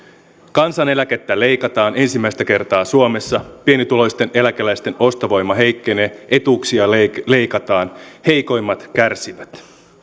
kansaneläkettä leikataan ensimmäistä kertaa suomessa pienituloisten eläkeläisten ostovoima heikkenee etuuksia leikataan heikoimmat kärsivät